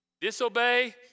Disobey